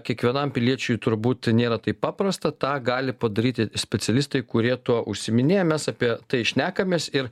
kiekvienam piliečiui turbūt nėra taip paprasta tą gali padaryti specialistai kurie tuo užsiiminėja mes apie tai šnekamės ir